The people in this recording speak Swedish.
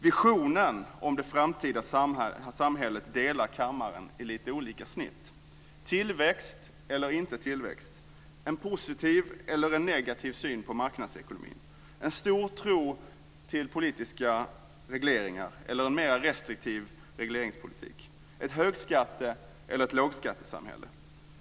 Visionen om det framtida samhället delar kammaren i lite olika snitt: · en positiv eller negativ syn på marknadsekonomin, · en stor tro på politiska regleringar eller en mer restriktiv regleringspolitik, · ett högskatte eller lågskattesamhälle.